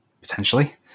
potentially